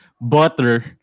butter